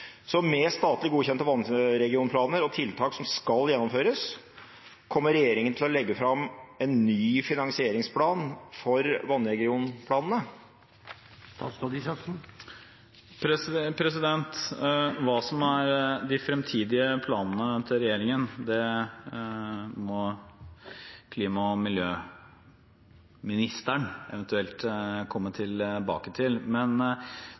Så med statlig godkjente vannregionsplaner og tiltak som skal gjennomføres, kommer regjeringen til å legge fram en ny finansieringsplan for vannregionplanene? Hva som er de fremtidige planene til regjeringen, må klima- og miljøministeren eventuelt komme tilbake til.